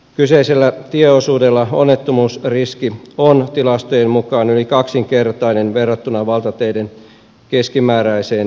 kyseisellä tieosuudella onnettomuusriski on tilastojen mukaan yli kaksinkertainen verrattuna valtateiden keskimääräiseen riskiin